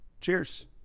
Cheers